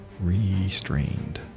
restrained